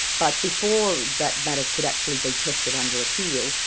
but before that matter could actually be tested under appeal,